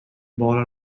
bowler